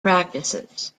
practices